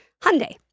Hyundai